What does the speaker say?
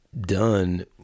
done